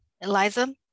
Eliza